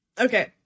okay